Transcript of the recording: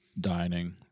dining